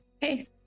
Hey